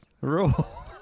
Rule